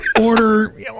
order